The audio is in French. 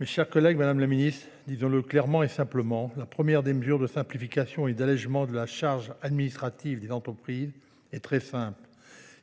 Mes chers collègues, Madame la Ministre, disons-le clairement et simplement, la première des mesures de simplification et d'allègement de la charge administrative des entreprises est très simple,